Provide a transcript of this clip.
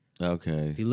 Okay